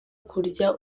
kurya